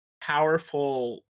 powerful